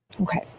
Okay